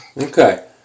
Okay